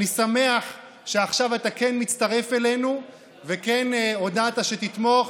אני שמח שעכשיו אתה כן מצטרף אלינו וכן הודעת שתתמוך.